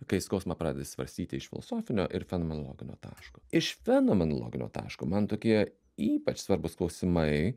kai skausmą pradeda svarstyti iš filosofinio ir fenomenologinio taško iš fenomenologinio taško man tokie ypač svarbūs klausimai